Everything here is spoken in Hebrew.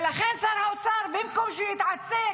ולכן שר האוצר, במקום שיתעסק